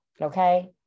okay